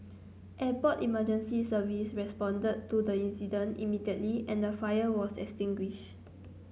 Airport Emergency Service responded to the incident immediately and the fire was extinguished